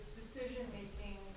decision-making